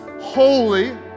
holy